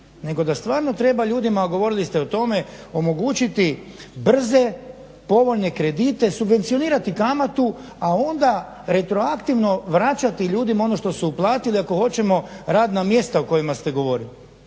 nego da stvarno treba ljudima, govorili ste o tome, omogućiti brze, povoljne kredite, subvencionirati kamatu, a onda retroaktivno vraćati ljudima ono što su uplatili ako hoćemo radna mjesta o kojima ste govorili.